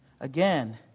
Again